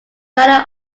manner